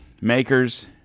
Makers